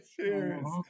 Cheers